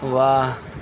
واہ